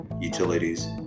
utilities